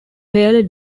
paley